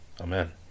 Amen